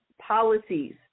policies